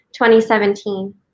2017